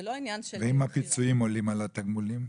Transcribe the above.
ואם הפיצויים עולים על התגמולים?